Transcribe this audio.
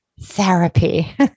therapy